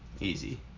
easy